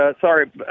sorry